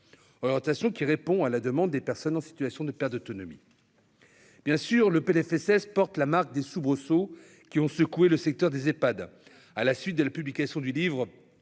attention qui répond à la demande des personnes en situation de perte d'autonomie bien sûr le PLFSS porte la marque des soubresauts qui ont secoué le secteur des Epad à la suite de la publication du livre